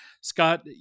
Scott